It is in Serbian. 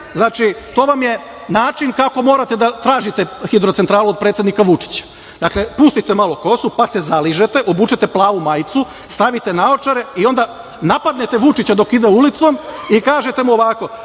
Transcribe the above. to vam je način kako morate da tražite hidrocentralu od predsednika Vučića. Dakle, pustite malo kosu, pa se zaližete, obučete plavu majicu, stavite naočare, i onda napadnete Vučića dok ide ulicom, i kažete mu ovako: